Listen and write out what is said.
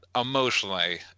emotionally